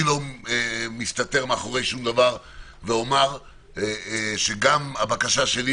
אני לא מסתתר מאחורי שום דבר ואומר שהבקשה שלי